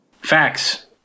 Facts